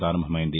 ప్రారంభమైంది